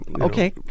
Okay